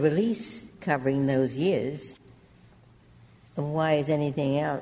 release covering those years and why is anything